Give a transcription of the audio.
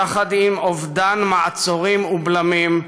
יחד עם אובדן מעצורים ובלמים,